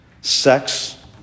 sex